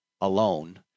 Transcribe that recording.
alone